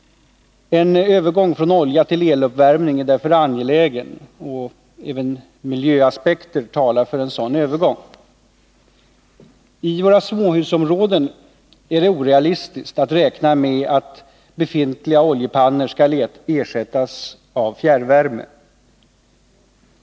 En övergång från olja till eluppvärmning är därför angelägen, och även miljöaspekter talar för en sådan övergång. I våra småhusområden är det orealistiskt att räkna med att befintliga oljepannor skall ersättas av fjärrvärme.